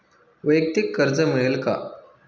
वैयक्तिक कर्ज मिळेल का?